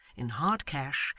in hard cash,